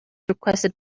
requested